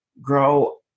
grow